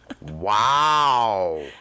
Wow